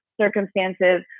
circumstances